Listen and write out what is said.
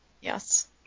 Yes